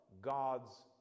God's